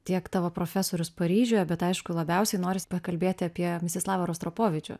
tiek tavo profesorius paryžiuje bet aišku labiausiai noris pakalbėti apie mistislavą rostropovičių